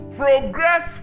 progress